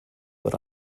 but